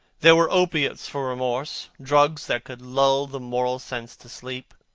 there were opiates for remorse, drugs that could lull the moral sense to sleep.